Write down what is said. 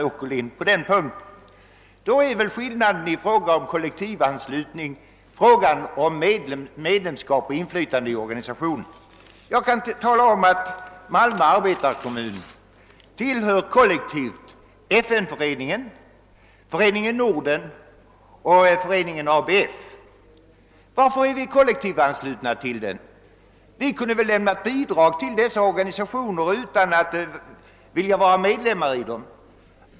Skillnaden är alltså att kollektivanslutning medför medlemskap och inflytande i organisationen. Jag kan tala om att Malmö arbetarekommun kollektivt tillhör FN-föreningen, och ABF. Varför är vi kollektivanslutna till dem? Vi kunde väl ha lämnat bidrag till dessa organisationer utan att vilja vara medlemmar i dem?